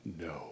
no